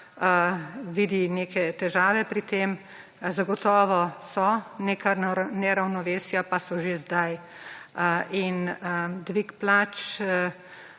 vidi neke težave pri tem -, zagotovo so, neka neravnovesja pa so že zdaj. In dvig plač,